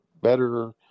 better